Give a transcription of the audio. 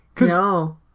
No